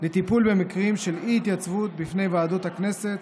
לטיפול במקרים של אי-התייצבות בפני ועדות הכנסת,